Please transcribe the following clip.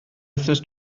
wythnos